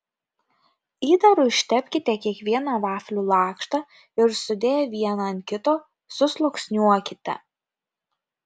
įdaru ištepkite kiekvieną vaflių lakštą ir sudėję vieną ant kito susluoksniuokite